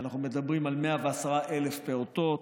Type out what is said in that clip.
אנחנו מדברים על 110,000 פעוטות,